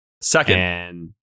Second